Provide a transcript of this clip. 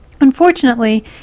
Unfortunately